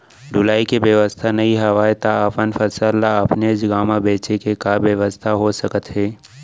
ढुलाई के बेवस्था नई हवय ता अपन फसल ला अपनेच गांव मा बेचे के का बेवस्था हो सकत हे?